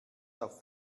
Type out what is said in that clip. auf